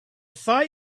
thought